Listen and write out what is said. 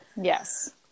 yes